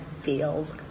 feels